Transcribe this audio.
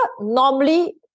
normally